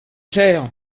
cher